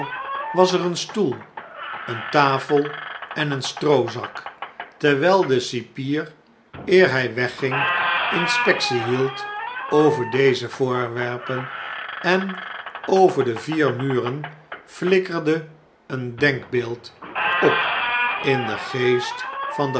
was er een stoel eene tafel en een stroozak terwjjl de cipier eer hjj wegging inspectie hield over deze voorwerpen en over de vier muren flikkerde een denkbeeld op in den geest van